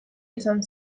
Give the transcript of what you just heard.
izan